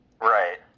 right